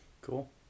Cool